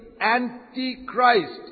anti-Christ